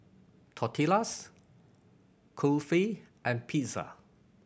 Tortillas Kulfi and Pizza